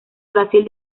brasil